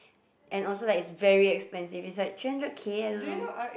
and also like it's very expensive it's like three hundred K I don't know